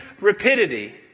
rapidity